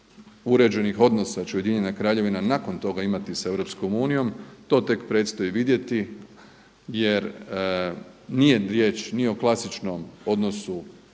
uređenih odnosa će Ujedinjena Kraljevina nakon toga imati sa EU, to tek predstoji vidjeti jer nije riječ ni o klasičnom odnosu